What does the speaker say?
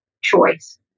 choice